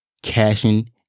cashing